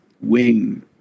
wing